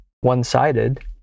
one-sided